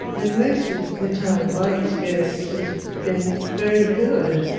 and most of the time my experience has been very good,